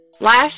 Last